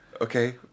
Okay